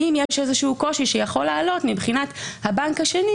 אם יש איזה קושי שיכול לעלות מבחינת הבנק השני